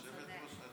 צודק.